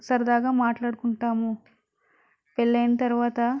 సరదాగా మాట్లాడుకుంటాము పెళ్ళైన తర్వాత